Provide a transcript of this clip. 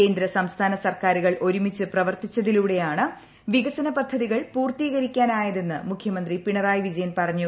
കേന്ദ്ര സംസ്ഥാന സർക്കാരുകൾ ഒരുമിച്ച് പ്രവർത്തിച്ചതിലൂടെയാണ് വികസന പദ്ധതികൾ പൂർത്തീകരിക്കാനാ യതെന്ന് മുഖ്യമന്ത്രി പിണറായി വിജയൻ പറഞ്ഞു